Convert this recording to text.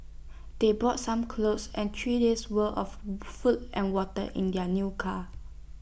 they brought some clothes and three days' worth of food and water in their new car